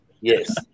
Yes